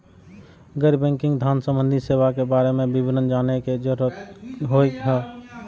गैर बैंकिंग धान सम्बन्धी सेवा के बारे में विवरण जानय के जरुरत होय हय?